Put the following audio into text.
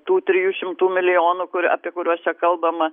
tų trijų šimtų milijonų kurie apie kuriuos kalbama